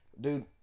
Dude